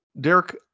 Derek